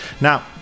now